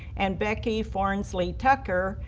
and becky florence lee tucker,